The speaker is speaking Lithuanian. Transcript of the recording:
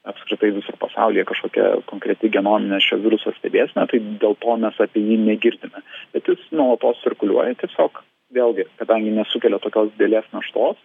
apskritai visur pasaulyje kažkokia konkreti genominė šio viruso stebėsena tai dėl to mes apie jį negirdime bet jis nuolatos cirkuliuoja tiesiog vėlgi kadangi nesukelia tokios didelės naštos